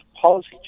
policy